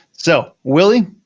so, willie,